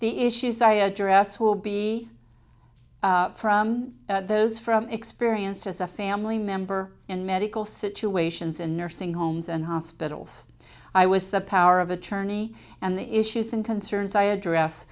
the issues i address will be from those from experience as a family member in medical situations in nursing homes and hospitals i was the power of attorney and the issues and concerns i address